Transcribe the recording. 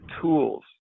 tools